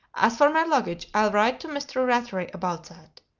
as for my luggage, i'll write to mr. rattray about that.